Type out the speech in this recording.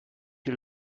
you